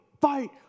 fight